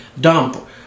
dump